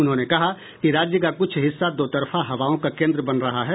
उन्होंने कहा कि राज्य का कुछ हिस्सा दोतरफा हवाओं का केंद्र बन रहा है